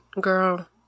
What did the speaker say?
Girl